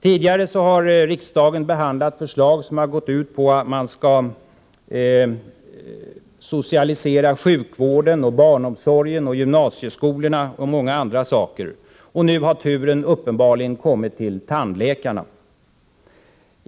Tidigare har riksdagen behandlat förslag som har gått ut på att man skall socialisera sjukvård, barnomsorg, gymnasieskolor och många andra saker. Nu har turen uppenbarligen kommit till tandläkarna.